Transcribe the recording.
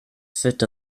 foot